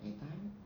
that time